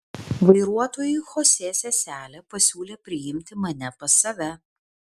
vairuotojui chosė seselė pasiūlė priimti mane pas save